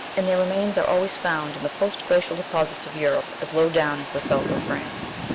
and their remains are always found in the post-glacial deposits of europe as low down as the south of france.